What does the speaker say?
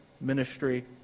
ministry